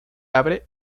abre